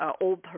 old